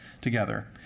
together